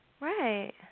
Right